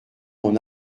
mon